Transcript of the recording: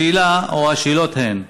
השאלות הן: